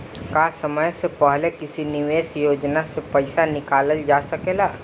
का समय से पहले किसी निवेश योजना से र्पइसा निकालल जा सकेला?